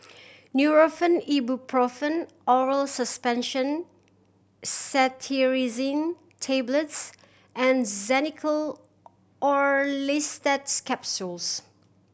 Nurofen Ibuprofen Oral Suspension Cetirizine Tablets and Xenical Orlistat Capsules